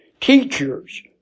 teachers